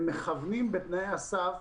הם מכוונים בתנאי הסף